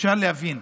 אפשר להבין,